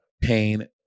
pain